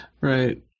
Right